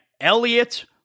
Elliot